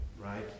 right